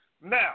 Now